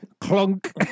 clunk